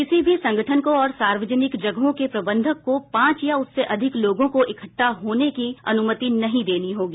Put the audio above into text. किसी भी संगठन को और सार्वजनिक जगहों के प्रबंधक को पांच या उससे अधिक लोगों को इकट्ठा होने की अनुमति नहीं देनी होगी